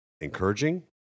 encouraging